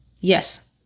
yes